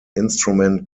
instrument